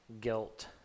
guilt